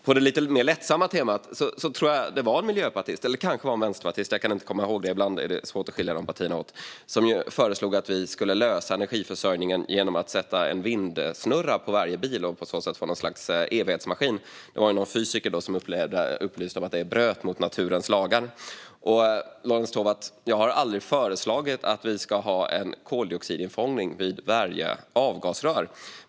På det lite mer lättsamma temat tror jag att det var en miljöpartist eller kanske en vänsterpartist - jag kan inte komma ihåg det för ibland är det svårt att skilja dessa partier åt - som föreslog att vi skulle lösa energiförsörjningen genom att sätta en vindsnurra på varje bil och på så sätt få något slags evighetsmaskin. Det var någon fysiker som sedan upplyste om att det bröt mot naturens lagar. Jag har aldrig föreslagit, Lorentz Tovatt, att vi ska ha en koldioxidinfångning vid varje avgasrör.